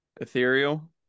ethereal